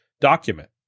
document